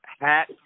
hat